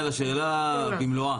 השאלה במלואה.